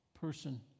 person